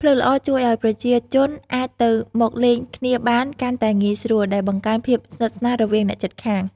ផ្លូវល្អជួយឲ្យប្រជាជនអាច ទៅមកលេងគ្នាបានកាន់តែងាយស្រួល ដែលបង្កើនភាពស្និទ្ធស្នាលរវាងអ្នកជិតខាង។